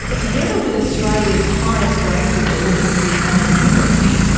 together with australia's highest rates of illiteracy and innumeracy,